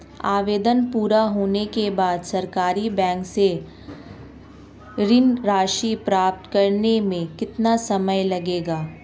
आवेदन पूरा होने के बाद सरकारी बैंक से ऋण राशि प्राप्त करने में कितना समय लगेगा?